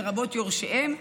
לרבות יורשיהם,